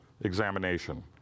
examination